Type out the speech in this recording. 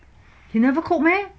he never cook meh